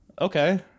Okay